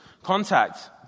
Contact